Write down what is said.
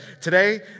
today